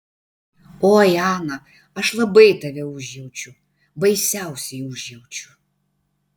oi ana aš labai tave užjaučiu baisiausiai užjaučiu